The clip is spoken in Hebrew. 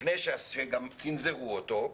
לפני שגם צנזרו אותו,